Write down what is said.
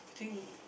think